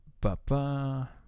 Ba-ba